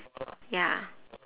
ya